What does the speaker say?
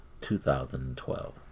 2012